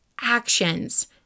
actions